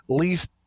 least